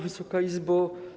Wysoka Izbo!